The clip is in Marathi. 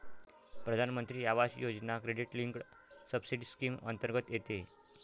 प्रधानमंत्री Awas Yojana credit linked subsidy scheme अंतर्गत येते